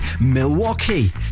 Milwaukee